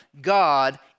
God